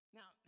Now